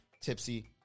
Tipsy